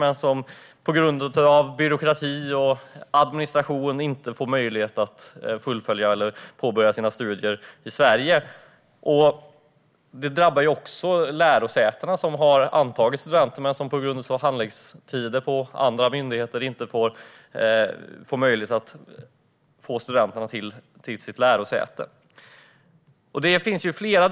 Men på grund av byråkrati och administration får de inte möjlighet att fullfölja eller påbörja sina studier i Sverige. Det drabbar också lärosätena som har antagit studenter när de på grund av handläggningstider på andra myndigheter inte får möjlighet att ta emot studenterna.